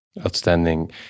Outstanding